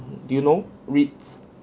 do you know reeds